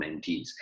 mentees